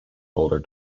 older